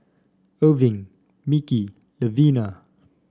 Erving Micky Levina